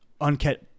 uncut